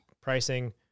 pricing